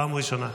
פעם ראשונה.